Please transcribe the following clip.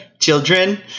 children